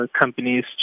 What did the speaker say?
companies